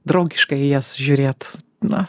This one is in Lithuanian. draugiškai į jas žiūrėt na